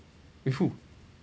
with who